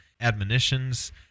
admonitions